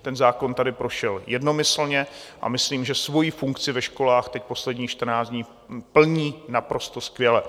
Ten zákon tady prošel jednomyslně a myslím, že svoji funkci ve školách teď posledních 14 dní plní naprosto skvěle.